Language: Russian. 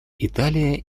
италия